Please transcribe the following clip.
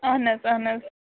اَہَن حظ اَہَن حظ